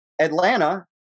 atlanta